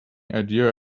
idea